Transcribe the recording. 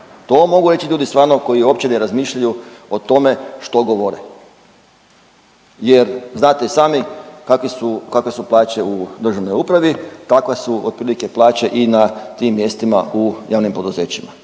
To mogu reći ljudi stvarno, koji uopće ne razmišljaju o tome što govore. Jer, znate i sami kakvi su, kakve su plaće u državnoj upravi, takva su otprilike plaće i na tim mjestima u javnim poduzećima.